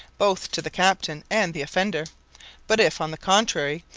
both to the captain and the offender but if, on the contrary,